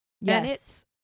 yes